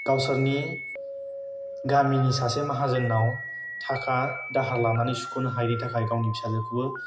गावसोरनि गामिनि सासे माहाजोननाव थाखा दाहार लानानै सुख'नो हायैनि थाखाय गावनि फिसाजोखौबो